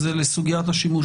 היא לסוגיית השימוש